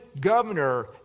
governor